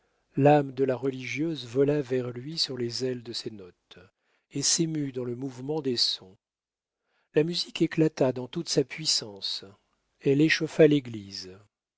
l'âme de la religieuse vola vers lui sur les ailes de ses notes et s'émut dans le mouvement des sons la musique éclata dans toute sa puissance elle échauffa l'église